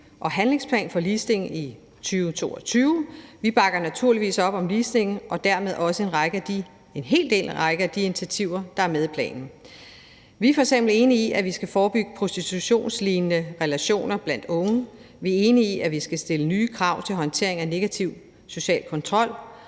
og handlingsplan for ligestilling i 2022. Vi bakker naturligvis op om ligestillingen, og dermed også en hel del af den række af initiativer, der er med i planen. Vi er f.eks. enige i, at vi skal forebygge prostitutionslignende relationer blandt unge; vi er enige i, at vi skal stille nye krav til håndtering af negativ social kontrol;